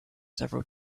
several